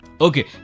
Okay